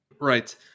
Right